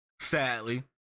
sadly